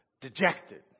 dejected